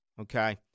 Okay